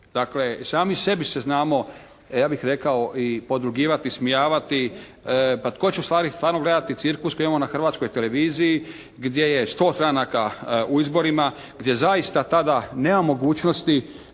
Dakle sami sebi se znamo ja bih rekao i podrugivati i ismijavati pa tko će ustvari stvarno gledati cirkus koji imamo na Hrvatskoj televiziji gdje je 100 stranaka u izborima, gdje zaista tada nema mogućnosti